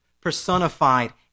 personified